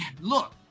look